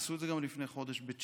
עשו את זה גם לפני חודש בצ'ינג-דאו,